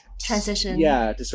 transition